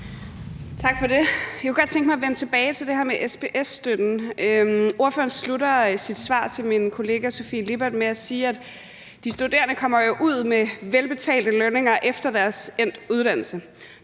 Tak for det. Jeg kunne godt tænke mig vende tilbage til det her med SPS-støtten. Ordføreren slutter sit svar til min kollega, Sofie Lippert, med at sige, at de studerende jo kommer ud til velbetalte lønninger efter endt uddannelse.